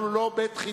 אנחנו לא בית-חינוך.